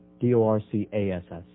D-O-R-C-A-S-S